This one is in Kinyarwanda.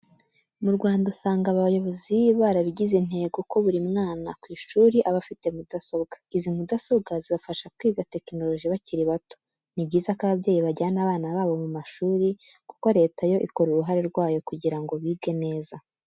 Mu Rwanda usanga abayobozi barabigize intego ko buri mwana ku ishuri aba afite mudasobwa, izi mudasobwa zibafasha kwiga tekinoloji bakiri bato. Ni byiza ko ababyeyi bajyana abana babo mu mashuri kuko Leta yo ikora uruhare rwayo kugira ngo bige neza.